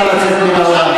נא לצאת מן האולם.